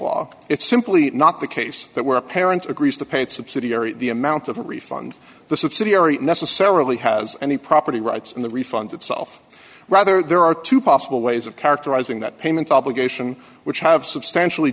law it's simply not the case that were apparently agreed to pay its subsidiary the amount of a refund the subsidiary necessarily has any property rights in the refunds itself rather there are two possible ways of characterizing that payment obligation which have